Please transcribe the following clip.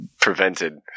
Prevented